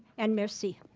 and merci.